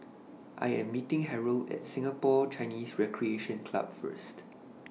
I Am meeting Harrold At Singapore Chinese Recreation Club First